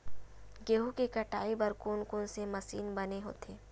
गेहूं के कटाई बर कोन कोन से मशीन बने होथे?